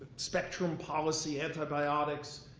spectrum policy antibiotics,